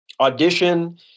audition